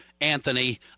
Anthony